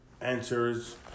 answers